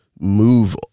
move